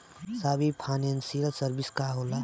साहब इ financial service का होला?